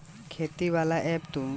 खेती वाला ऐप तू लेबऽ उहे चलावऽ तानी